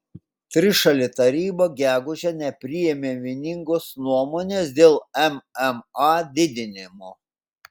trišalė taryba gegužę nepriėmė vieningos nuomonės dėl mma didinimo